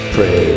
Pray